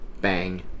Bang